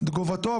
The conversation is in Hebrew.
מתגובתו,